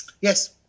Yes